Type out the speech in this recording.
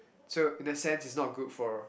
so in a sense it's not good for